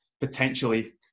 potentially